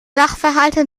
sachverhalte